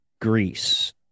Greece